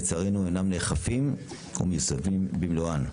לצערנו הם אינם נאכפים ומיושמים במלואם?